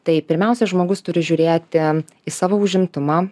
tai pirmiausia žmogus turi žiūrėti į savo užimtumą